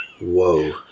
Whoa